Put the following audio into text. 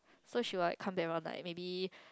so she will like back around nine maybe